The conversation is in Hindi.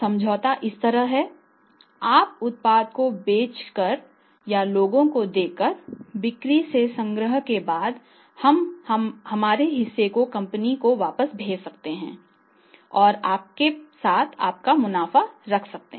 समझौता इस तरह है आप उत्पाद को बाजार में और लोगों को देते हैं और बिक्री से संग्रह के बाद आप हमारे हिस्से को कंपनी को वापस भेज सकते हैं और आपके साथ आपका मुनाफा रख सकते हैं